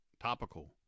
topical